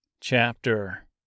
Chapter